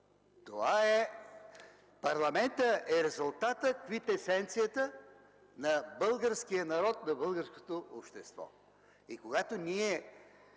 Парламентът е резултатът, квинтесенцията на българския народ, на българското общество. Когато ние